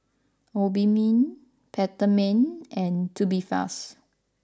Obimin Peptamen and Tubifast